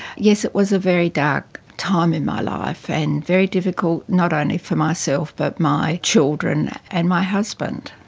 yes, it was a very dark time in my life and very difficult, not only for myself but my children and my husband.